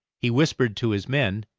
he whispered to his men,